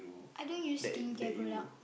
I don't use skincare product